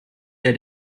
der